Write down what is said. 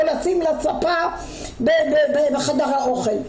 או לשים לה ספה בחדר האוכל.